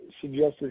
suggested